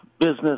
business